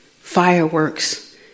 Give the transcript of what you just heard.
Fireworks